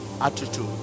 Attitude